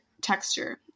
texture